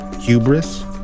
Hubris